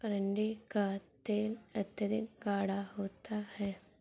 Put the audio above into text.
अरंडी का तेल अत्यधिक गाढ़ा होता है